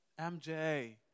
MJ